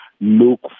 look